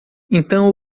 então